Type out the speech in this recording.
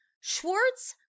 Schwartz